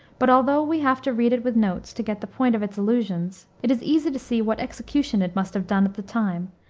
but, although we have to read it with notes, to get the point of its allusions, it is easy to see what execution it must have done at the time,